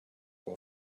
will